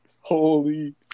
Holy